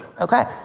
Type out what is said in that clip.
Okay